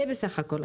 זה בסך הכל.